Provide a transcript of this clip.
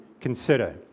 consider